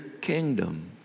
Kingdom